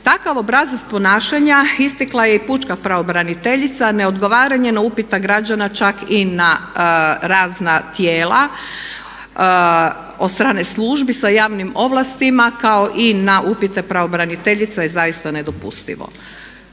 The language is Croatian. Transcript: Takav obrazac ponašanja istakla je i pučka pravobraniteljica, neodgovaranje na upite građana čak i na razna tijela od strane službi sa javnim ovlastima kao i na upite pravobraniteljice je zaista nedopustivo.